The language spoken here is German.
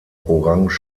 orange